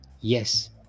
yes